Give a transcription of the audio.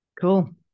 Cool